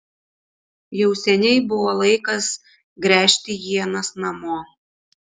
jau seniai buvo laikas gręžti ienas namo